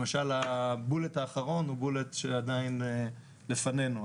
למשל הבולט האחרון הוא בולט שעדיין לפנינו,